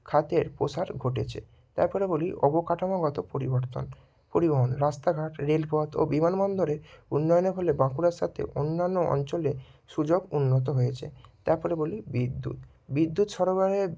খাতের প্রসার ঘটেছে তারপরে বলি অবকাঠামোগত পরিবর্তন পরিবহন রাস্তাঘাট রেলপথ ও বিমানবন্দরে উন্নয়নের ফলে বাঁকুড়ার সাথে অন্যান্য অঞ্চলে সুযোগ উন্নত হয়েছে তারপরে বলি বিদ্যুৎ বিদ্যুৎ সরবরাহে